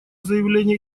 заявление